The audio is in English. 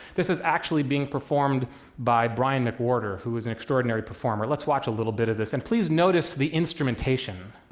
this is actually being performed by brian mcwhorter, who is an extraordinary performer. let's watch a little bit of this, and please notice the instrumentation.